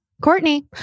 Courtney